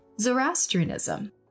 Zoroastrianism